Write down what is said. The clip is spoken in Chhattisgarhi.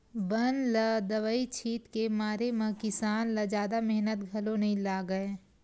बन ल दवई छित के मारे म किसान ल जादा मेहनत घलो नइ लागय